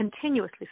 continuously